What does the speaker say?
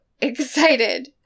excited